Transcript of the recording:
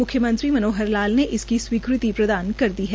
म्ख्यमंत्री श्री मनोहर लाल ने इसकी स्वीकृति प्रदान कर दी है